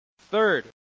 Third